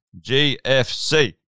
GFC